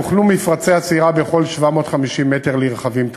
הוכנו מפרצי עצירה בכל 750 מטר לרכבים תקועים,